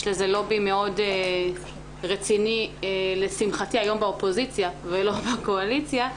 יש לזה לובי מאוד רציני לשמחתי היום באופוזיציה ולא בקואליציה,